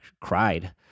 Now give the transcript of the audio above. cried